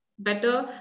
better